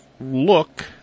look